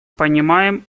понимаем